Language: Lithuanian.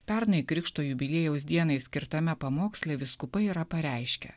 pernai krikšto jubiliejaus dienai skirtame pamoksle vyskupai yra pareiškę